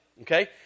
okay